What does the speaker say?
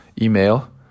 email